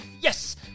Yes